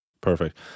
Perfect